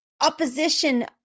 opposition